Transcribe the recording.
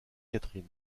catherine